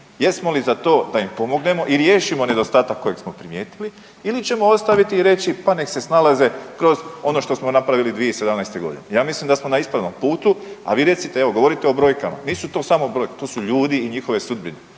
Jesmo li za to da im pomognemo i riješimo nedostatak koji smo primijetili, ili ćemo ostaviti i reći pa neka se snalaze kroz ono što smo napravili 2017. godine? Ja mislim da smo na ispravnom putu, a vi recite evo govorite o brojkama. Nisu to samo brojke. To su ljudi i njihove sudbine